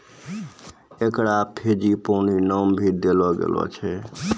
एकरा फ़्रेंजीपानी नाम भी देलो गेलो छै